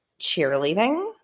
cheerleading